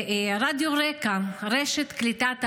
רדיו רק"ע, רשת קליטת העלייה,